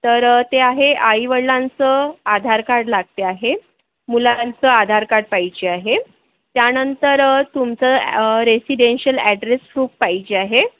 तर ते आहे आई वडलांचं आधार कार्ड लागते आहे मुलांचं आधार कार्ड पाहिजे आहे त्यानंतर तुमचं ॲ रेसिडेन्शिअल ॲड्रेस प्रूफ पाहिजे आहे